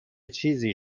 چیزی